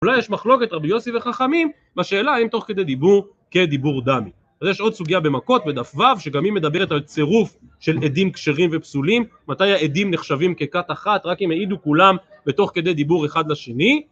אולי יש מחלוקת רבי יוסי וחכמים בשאלה האם תוך כדי דיבור כדיבור דמי יש עוד סוגיה במכות בת"ו שגם היא מדברת על צירוף של עדים כשרים ופסולים, מתי העדים נחשבים ככת אחת רק אם העידו כולם בתוך כדי דיבור אחד לשני